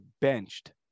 benched